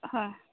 হয়